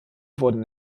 wurden